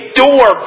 door